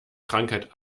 krankheit